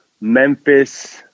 Memphis